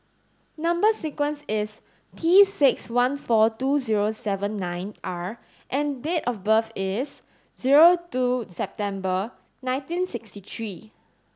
number sequence is T six one four two zero seven nine R and date of birth is zero two September nineteen sixty three